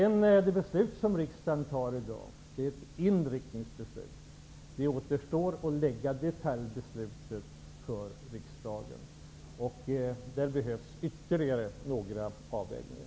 Det beslut som riksdagen i dag skall fatta är ett inriktningsbeslut. Ett detaljbeslut återstår. Det behövs ytterligare några avvägningar.